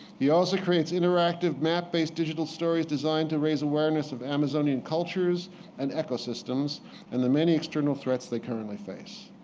he also creates interactive map-based digital stories designed to raise awareness of amazonian cultures and ecosystems and the many external threats they currently face.